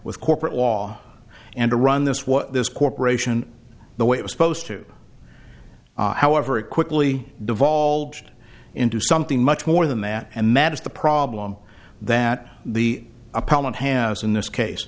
with corporate law and to run this what this corporation the way it was supposed to however it quickly devolved into something much more than that and that is the problem that the appellant has in this case